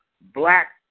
black